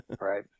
Right